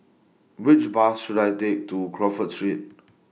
Which Bus should I Take to Crawford Street